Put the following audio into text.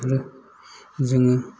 आरो जोङो